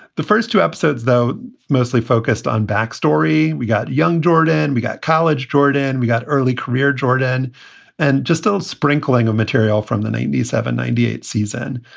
the first two episodes, though, mostly focused on backstory. we got young jordan, we got college jordan, we got early career jordan and just a sprinkling of material from the ninety seven ninety eight season.